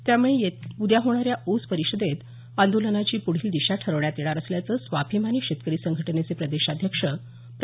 त्यामुळे येत्या उद्या होणाऱ्या ऊस परिषदेत आंदोलनाची पुढील दिशा ठरवण्यात येणार असल्याचं स्वाभिमानी शेतकरी संघटनेचे प्रदेशाध्यक्ष प्रा